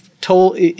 told